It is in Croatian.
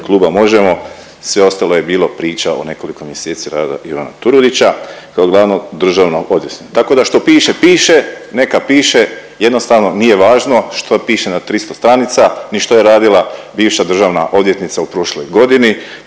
Kluba Možemo!, sve ostalo je bilo priča o nekoliko mjeseci rada Ivana Turudića kao glavnog državnog odvjetnika. Tako što piše piše, neka piše, jednostavno nije važno što piše na 300 stranica, ni što je radila bivša državna odvjetnica u prošloj godini.